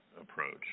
approach